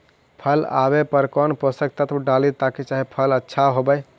फल आबे पर कौन पोषक तत्ब डाली ताकि फल आछा होबे?